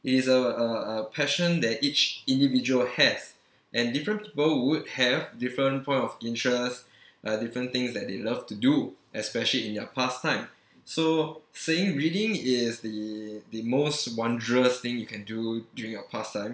is a uh a passion that each individual has and different people would have different point of interest uh different things that they love to do especially in their past time so saying reading is the the most wondrous thing you can do during your pastime